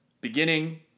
beginning